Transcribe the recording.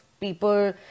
People